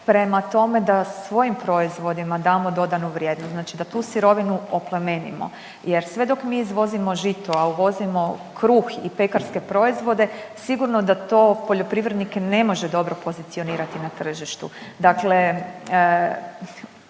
prema tome da svojim proizvodima damo dodanu vrijednost. Znači da tu sirovinu oplemenimo jer sve dok mi izvozimo žito, a uvozimo kruh i pekarske proizvode sigurno da to poljoprivrednike ne može dobro pozicionirati na tržištu. Dakle,